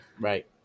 Right